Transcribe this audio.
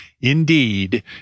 indeed